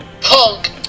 Punk